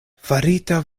farita